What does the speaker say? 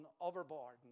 overboard